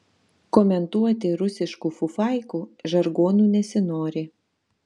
komentuoti rusiškų fufaikų žargonu nesinori